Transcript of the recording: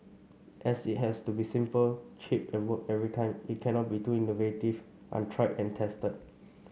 as it has to be simple cheap and work every time it cannot be too innovative untried and tested